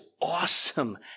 awesome